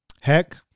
Heck